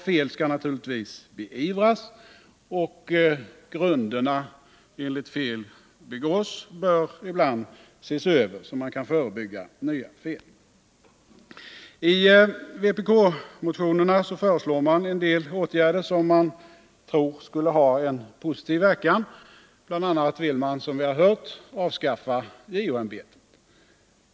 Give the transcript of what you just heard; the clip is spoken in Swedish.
Fel skall naturligtvis beivras, och grunderna enligt vilka fel begås bör ibland ses över så att nya fel kan förebyggas. I vpk-motionerna föreslår man en del åtgärder som man tror skulle ha en positiv verkan. Bl. a. vill man, som vi hört, avskaffa JO-ämbetet.